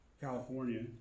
California